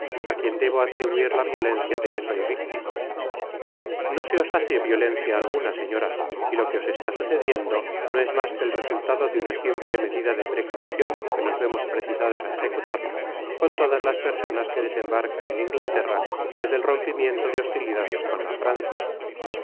á quien debo atribuir la violencia de que soy victima no se os hace violencia alguna señora y lo que os está sucediendo no es mas que el resultado de una simple medida de precaucion que nos vemos precisados á ejecutar con todas las personas que desembarcan en inglaterra desde el rompimiento de hostilidades con la francia